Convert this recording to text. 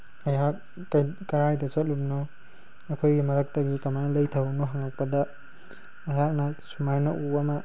ꯑꯩꯍꯥꯛ ꯀꯔꯥꯏꯗ ꯆꯠꯂꯨꯝꯅꯣ ꯑꯩꯈꯣꯏꯒꯤ ꯃꯔꯛꯇꯒꯤ ꯀꯃꯥꯏꯅ ꯂꯩꯊꯍꯧꯔꯤꯝꯅꯣ ꯍꯪꯉꯛꯄꯗ ꯑꯩꯍꯥꯛꯅ ꯁꯨꯃꯥꯏꯅ ꯎ ꯑꯃ